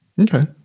Okay